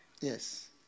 Yes